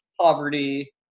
poverty